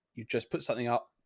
you've just put something up.